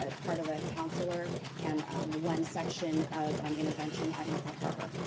ah part of a counselor and one section of um intervention at newport harbor.